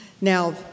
Now